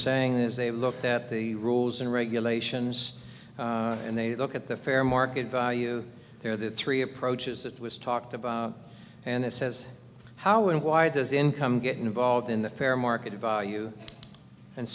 saying is they looked at the rules and regulations and they look at the fair market value there that three approaches that was talked about and it says how and why does income get involved in the fair market value and